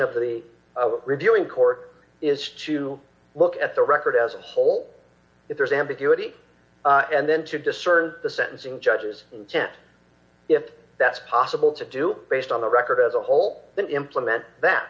of the reviewing court is to look at the record as a whole if there's ambiguity and then to discern the sentencing judge's intent if that's possible to do based on the record as a whole then implement